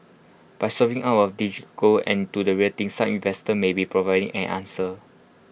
by swapping out of digi gold and to the real thing some investors may be providing an answer